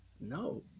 No